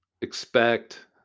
expect